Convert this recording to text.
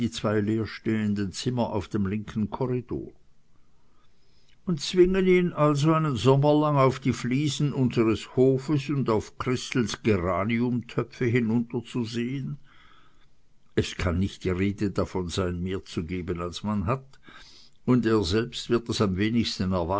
zwei leer stehenden zimmer auf dem linken korridor und zwingen ihn also einen sommer lang auf die fliesen unseres hofes und auf christels geraniumtöpfe hinunter zu sehen es kann nicht die rede davon sein mehr zu geben als man hat und er selbst wird es am wenigsten